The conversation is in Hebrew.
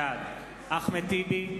בעד אחמד טיבי,